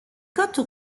côtes